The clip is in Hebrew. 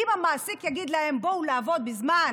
כי אם המעסיק יגיד לה שתבוא לעבוד בזמן